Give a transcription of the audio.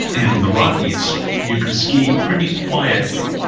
in the rockies, you can ski pretty quietly.